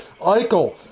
Eichel